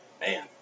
Man